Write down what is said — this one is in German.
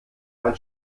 ein